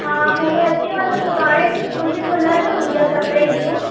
हा भले अची वञो सुभाणे मुंहिंजी खुलयल ई हूंदी आहे सत ई ॾींहं